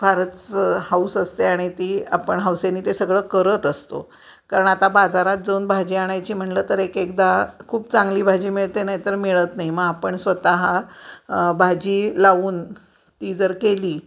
फारच हौस असते आणि ती आपण हौसेने ते सगळं करत असतो कारण आता बाजारात जाऊन भाजी आणायची म्हणलं तर एकएकदा खूप चांगली भाजी मिळते नाही तर मिळत नाही मग आपण स्वतः भाजी लावून ती जर केली